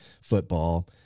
football